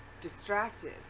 distracted